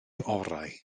orau